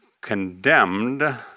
condemned